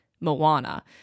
Moana